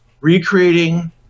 recreating